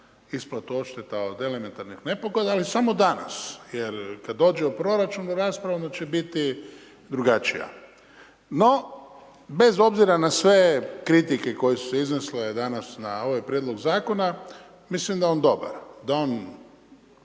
isplatu odšteta od elementarnih nepogoda, ali samo dana. Jer kada dođu u proračun, rasprava će biti drugačija. No, bez obzira na sve kritike, koje su se iznosile danas, na ovaj prijedlog zakona, mislim da je on dobar, da on